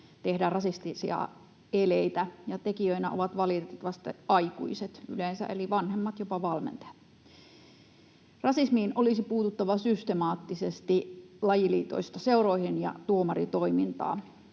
tehdään rasistisia eleitä, ja tekijöinä ovat valitettavasti yleensä aikuiset, eli vanhemmat, jopa valmentajat. Rasismiin olisi puututtava systemaattisesti lajiliitoista seuroihin ja tuomaritoimintaan.